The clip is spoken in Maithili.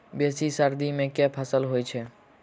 बेसी सर्दी मे केँ फसल होइ छै?